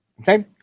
Okay